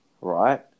right